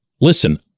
Listen